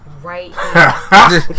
Right